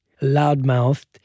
loudmouthed